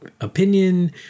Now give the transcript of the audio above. opinion